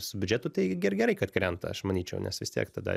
su biudžetu tai ir gerai kad krenta aš manyčiau nes vis tiek tada